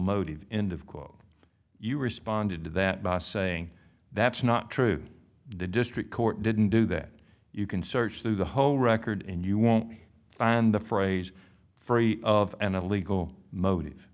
motive end of quote you responded to that by saying that's not true the district court didn't do that you can search through the whole record and you won't find the phrase free of an illegal motive